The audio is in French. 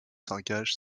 s’engage